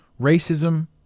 Racism